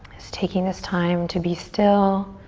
just taking this time to be still,